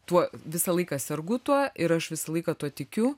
tuo visą laiką sergu tuo ir aš visą laiką tuo tikiu